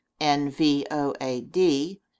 nvoad